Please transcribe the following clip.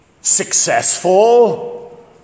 successful